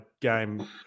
game